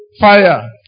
fire